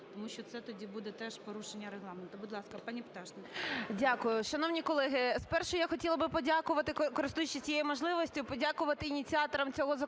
тому що це тоді буде теж порушення Регламенту. Будь ласка, пані Пташник. 10:36:28 ПТАШНИК В.Ю. Дякую. Шановні колеги, спершу я хотіла би подякувати, користуючись цією можливістю, подякувати ініціаторам цього законопроекту,